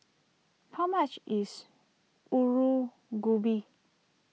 how much is Alu Gobi